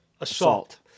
Assault